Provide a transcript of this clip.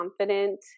confident